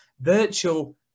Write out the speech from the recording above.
Virtual